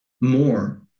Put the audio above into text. more